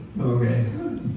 Okay